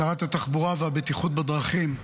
שרת התחבורה והבטיחות בדרכים,